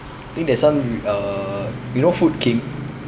think there's some uh you know food king